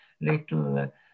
little